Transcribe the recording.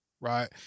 right